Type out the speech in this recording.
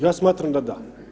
Ja smatram da da.